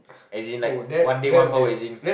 as in like one day one power as in